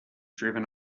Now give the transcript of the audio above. driven